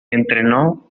entrenó